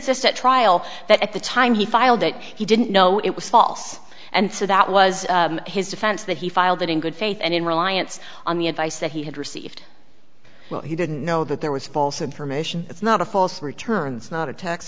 at trial that at the time he filed it he didn't know it was false and so that was his defense that he filed it in good faith and in reliance on the advice that he had received well he didn't know that there was false information it's not a false returns not a ta